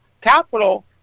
capital